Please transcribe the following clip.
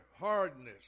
hardness